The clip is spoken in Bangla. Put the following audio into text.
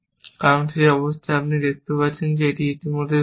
কারণ সেই অবস্থায় আপনি দেখতে পাচ্ছেন এটি ইতিমধ্যেই সত্য